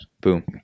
Boom